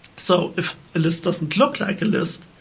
so if a list doesn't look like a list,